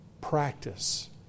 Practice